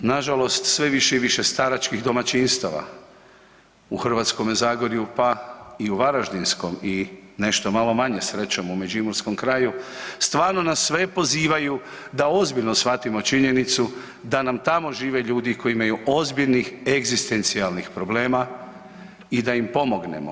Na žalost sve više i više staračkih domaćinstava u Hrvatskome zagorju pa i u Varaždinskom i nešto malo manje srećom u međimurskom kraju stvarno nas sve pozivaju da ozbiljno shvatimo činjenicu da nam tamo žive ljudi koji imaju ozbiljnih egzistencijalnih problema i da im pomognemo.